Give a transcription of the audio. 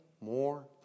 more